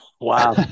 Wow